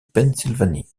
pennsylvanie